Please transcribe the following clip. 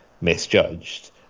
misjudged